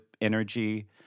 energy